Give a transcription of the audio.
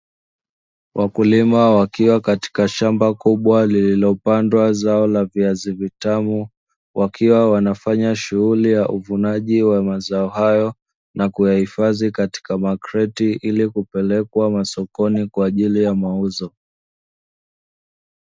Wakulima wakiwa katika shamba kubwa lililopandwa zao la viazi vitamu, wakiwa wanafanya shughuli ya uvunaji wa mazao hayo na kuyahifadhi katika makreti ili kupelekwa masokoni kwa ajili ya mauzo.